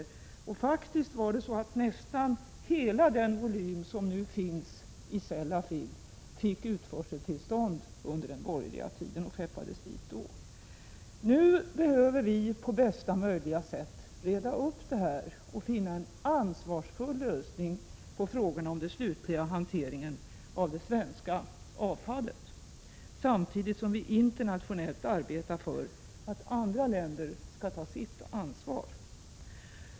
Det var faktiskt under den borgerliga tiden som utförseltillstånd gavs för nästan hela den volym som skeppades över till Sellafield och som nu finns där. Nu måste vi på bästa möjliga sätt reda upp det här och finna en ansvarsfull lösning på frågorna omkring den slutliga hanteringen av det svenska avfallet samtidigt som vi internationellt arbetar för att andra länder skall ta sitt ansvar.